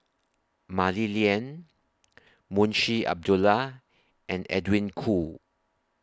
Mah Li Lian Munshi Abdullah and Edwin Koo